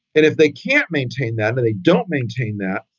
and if they can't maintain that, and they don't maintain that,